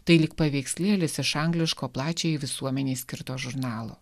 tai lyg paveikslėlis iš angliško plačiajai visuomenei skirto žurnalo